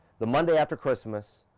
the monday after christmas,